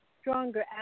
stronger